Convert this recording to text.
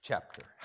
chapter